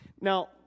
Now